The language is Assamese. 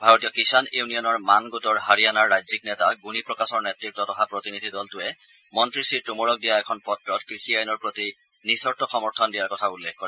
ভাৰতীয় কিষাণ ইউনিয়নৰ মান গোটৰ হাৰিয়ানাৰ ৰাজ্যিক নেতা গুণী প্ৰকাশৰ নেতত্বত অহা প্ৰতিনিধি দলটোৱে মন্ত্ৰী শ্ৰীটোমৰক দিয়া এখন পত্ৰত কৃষি আইনৰ প্ৰতি নিঃচৰ্ত সমৰ্থন দিয়াৰ কথা উল্লেখ কৰে